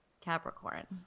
Capricorn